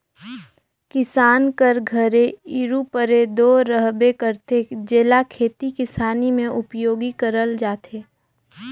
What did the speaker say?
किसान कर घरे इरूपरे दो रहबे करथे, जेला खेती किसानी मे उपियोग करल जाथे